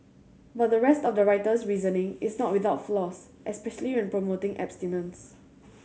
but the rest of the writer's reasoning is not without flaws especially when promoting abstinence